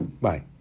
Bye